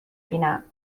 بینم